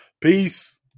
Peace